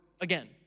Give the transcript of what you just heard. again